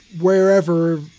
wherever